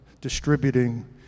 distributing